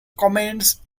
comments